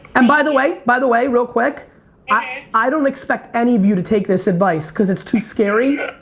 and by the way, by the way, real quick i don't expect any of you to take this advice cuz it's too scary